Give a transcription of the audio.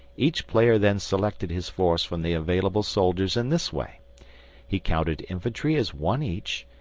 each player then selected his force from the available soldiers in this way he counted infantry as one each,